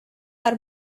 are